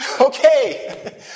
Okay